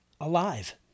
alive